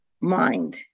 mind